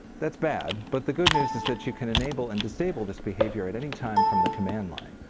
that's bad, but the good news is that you can enable and disable this behavior at any time from the command-line.